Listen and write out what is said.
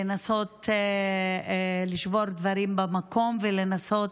לנסות לשבור דברים במקום ולנסות,